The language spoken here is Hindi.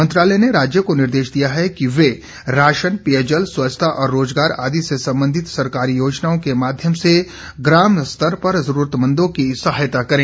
मंत्रालय ने राज्यों को निर्देश दिया है कि वे राशन पेयजल स्वच्छता और रोजगार आदि से संबंधित सरकारी योजनाओं के माध्यम से ग्राम स्तर पर जरूरतमंदों की सहायता करें